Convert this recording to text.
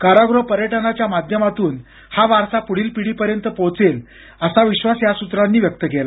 कारागृह पर्यटनाच्या माध्यमातून हा वारसा पुढील पिढीपर्यंत पोचेल असा विश्वास या सूत्रांनीव्यक्त केला